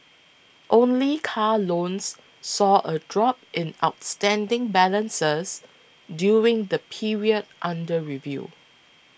only car loans saw a drop in outstanding balances during the period under review